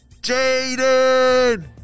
Jaden